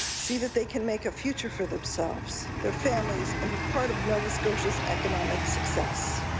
see that they can make a future for themselves, their families, and be part of nova scotia's economic success.